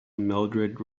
mildrid